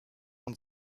und